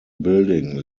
building